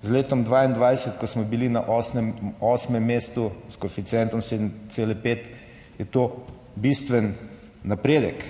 z letom 2022, ko smo bili na osmem mestu s koeficientom 7,5, je to bistven napredek.